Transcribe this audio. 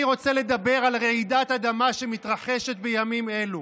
אני רוצה לדבר על רעידת אדמה שמתרחשת בימים אלו.